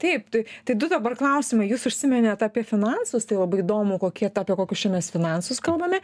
taip tai tai du dabar klausimai jūs užsiminėt apie finansus tai labai įdomu kokie ta apie kokius čia mes finansus kalbame